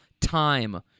time